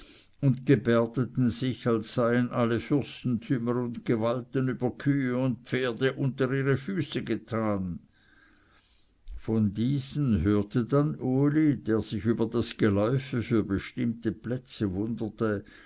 und gebärdeten sich als seien alle fürstentümer und gewalten über kühe und pferde unter ihre füße getan von diesen hörte dann uli der sich über das geläufe für bestimmte plätze wunderte